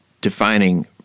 defining